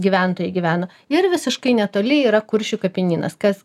gyventojai gyvena ir visiškai netoli yra kuršių kapinynas kas